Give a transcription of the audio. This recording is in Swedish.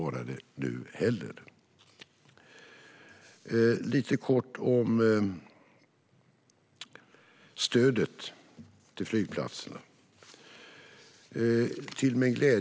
Jag vill även säga något kort om stödet till flygplatserna.